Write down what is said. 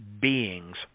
beings